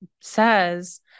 says